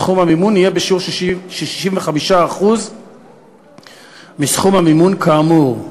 סכום המימון יהיה בשיעור של 65% מסכום המימון כאמור,